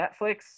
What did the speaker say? Netflix